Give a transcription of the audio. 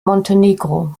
montenegro